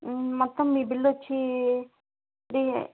మొత్తం మీ బిల్ వచ్చి త్రీయే